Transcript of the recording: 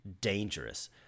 dangerous